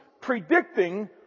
predicting